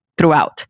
throughout